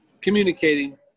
communicating